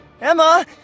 Emma